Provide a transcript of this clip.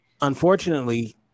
unfortunately